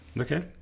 Okay